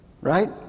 Right